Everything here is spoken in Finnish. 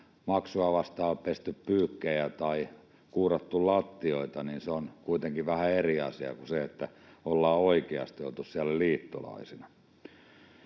maksua vastaan pesty pyykkejä tai kuurattu lattioita, niin se on kuitenkin vähän eri asia kuin se, että ollaan oikeasti oltu siellä liittolaisina.